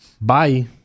Bye